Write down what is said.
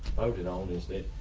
voted on is dead,